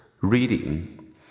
reading